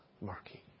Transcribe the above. murky